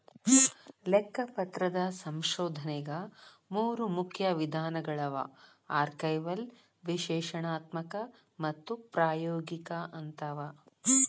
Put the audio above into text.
ಲೆಕ್ಕಪತ್ರದ ಸಂಶೋಧನೆಗ ಮೂರು ಮುಖ್ಯ ವಿಧಾನಗಳವ ಆರ್ಕೈವಲ್ ವಿಶ್ಲೇಷಣಾತ್ಮಕ ಮತ್ತು ಪ್ರಾಯೋಗಿಕ ಅಂತವ